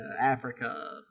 Africa